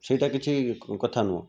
ସେଇଟା କିଛି କଥା ନୁହଁ